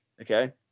Okay